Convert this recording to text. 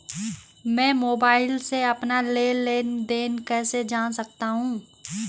मैं मोबाइल से अपना लेन लेन देन कैसे जान सकता हूँ?